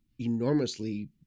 enormously